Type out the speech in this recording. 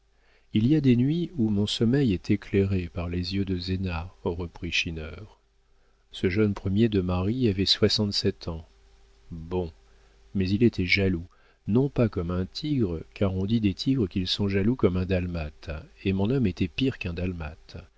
il y a des nuits où mon sommeil est éclairé par les yeux de zéna reprit schinner ce jeune premier de mari avait soixante-sept ans bon mais il était jaloux non pas comme un tigre car on dit des tigres qu'ils sont jaloux comme un dalmate et mon homme était pire qu'un dalmate